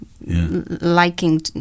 liking